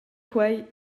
quei